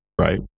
right